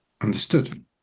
Understood